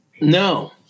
No